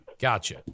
Gotcha